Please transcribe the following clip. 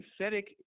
synthetic